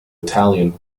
italian